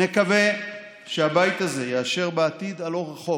נקווה שהבית הזה יאשר בעתיד הלא-רחוק